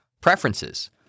preferences